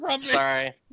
Sorry